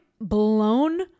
blown